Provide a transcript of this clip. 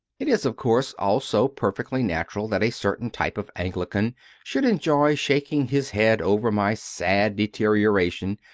it is, of course, also perfectly natural that a certain type of anglican should enjoy shaking his head over my sad deterioration,